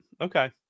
Okay